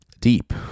deep